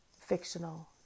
fictional